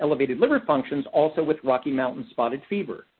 liver liver functions also with rocky mountain spotted fever.